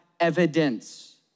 evidence